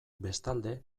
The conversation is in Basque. bestalde